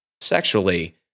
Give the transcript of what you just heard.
sexually